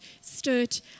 stood